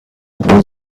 آمپول